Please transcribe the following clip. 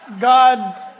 God